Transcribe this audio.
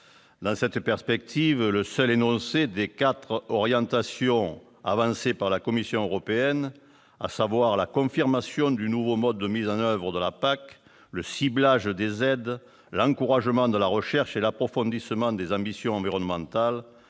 Dans cette perspective, le seul énoncé des quatre orientations avancées par la Commission européenne, à savoir la confirmation du nouveau mode de mise en oeuvre de la PAC, le ciblage des aides, l'encouragement de la recherche et l'approfondissement des ambitions environnementales,